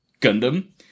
Gundam